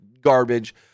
garbage